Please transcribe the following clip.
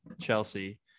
Chelsea